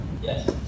Yes